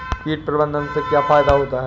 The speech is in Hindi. कीट प्रबंधन से क्या फायदा होता है?